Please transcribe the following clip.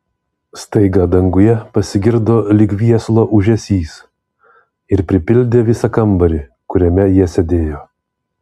staiga danguje pasigirdo lyg viesulo ūžesys ir pripildė visą kambarį kuriame jie sėdėjo